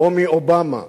או מאובמה?